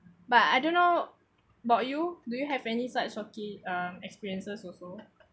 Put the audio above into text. but I don't know about you do you have any such occa~ um experiences also